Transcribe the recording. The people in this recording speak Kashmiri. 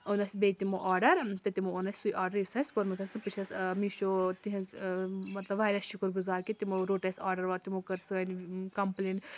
اوٚن اَسہِ بیٚیہِ تِمو آرڈَر تہٕ تِمو اوٚن اَسہِ سُے آرڈَر یُس اَسہِ کوٚرمُت اوس تہٕ بہٕ چھَس میٖشو تِہِنٛز مطلب واریاہ شُکُر گُزار کہِ تِمو روٚٹ اَسہِ آرڈَر واڈ تِمو کٔر سٲنۍ کَمپٕلین